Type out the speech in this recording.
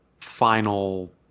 final